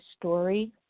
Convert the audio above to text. story